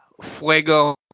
Fuego